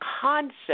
concept